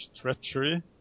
Treachery